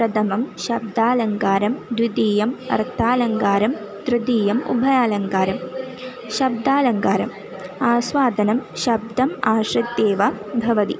प्रथमं शब्दालङ्कारं द्वितीयं अर्थालङ्कारं तृतीयम् उभयालङ्कारं शब्दालङ्कारम् आस्वादनं शब्दम् आश्रित्य एव भवति